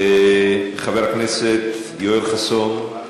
חבר הכנסת יואל חסון.